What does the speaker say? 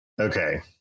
Okay